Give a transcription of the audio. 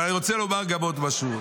אבל אני רוצה גם לומר עוד משהו.